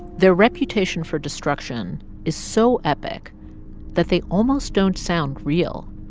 their reputation for destruction is so epic that they almost don't sound real.